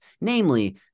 namely